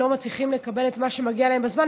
לא מצליחים לקבל את מה שמגיע להם בזמן,